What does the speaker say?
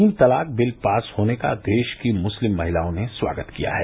तीन तलाक bill pass होने का देश की मुस्लिम महिलाओं ने स्वागत किया है